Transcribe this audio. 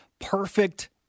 perfect